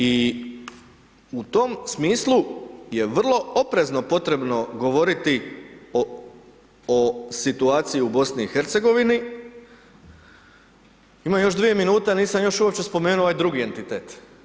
I u tom smislu je vrlo oprezno potrebno govoriti o situaciji u BiH, imam još 2 minute a nisam još uopće spomenuo ovaj drugi entitet.